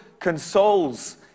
consoles